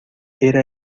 era